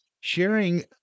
Sharing